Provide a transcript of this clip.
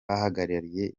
bahagarariye